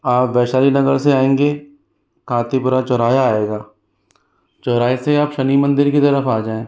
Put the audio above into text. आप वैशाली नगर से आएँगे खातीपूरा चौराहा आएगा चौराहे से आप शनि मंदिर की तरफ आ जाएँ